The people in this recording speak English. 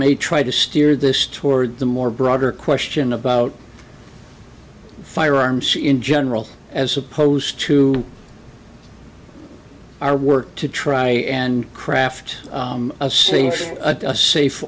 may try to steer this toward the more broader question about firearms in general as opposed to our work to try and craft a safe a safe